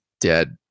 dead